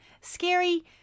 scary